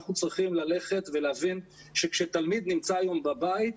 אנחנו צריכים להבין שכשתלמיד נמצא היום בבית,